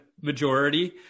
majority